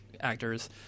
actors